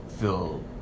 feel